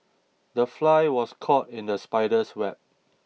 the fly was caught in the spider's web